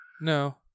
No